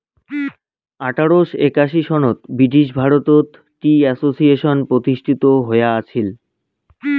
আঠারোশ একাশি সনত ব্রিটিশ ভারতত টি অ্যাসোসিয়েশন প্রতিষ্ঠিত হয়া আছিল